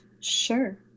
Sure